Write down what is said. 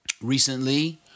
Recently